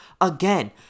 again